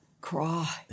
cry